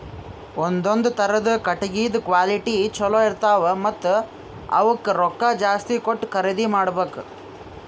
ಒಂದೊಂದ್ ಥರದ್ ಕಟ್ಟಗಿದ್ ಕ್ವಾಲಿಟಿ ಚಲೋ ಇರ್ತವ್ ಮತ್ತ್ ಅವಕ್ಕ್ ರೊಕ್ಕಾ ಜಾಸ್ತಿ ಕೊಟ್ಟ್ ಖರೀದಿ ಮಾಡಬೆಕ್